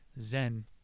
Zen